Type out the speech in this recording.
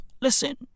listen